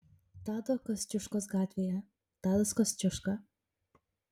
tado kosciuškos gatvėje tadas kosciuška